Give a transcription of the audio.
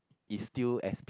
is still S_P